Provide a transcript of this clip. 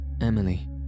Emily